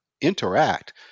interact